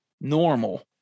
normal